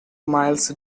miles